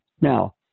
Now